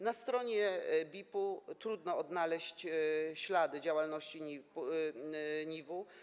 Na stronie BIP-u trudno odnaleźć ślady działalności NIW-u.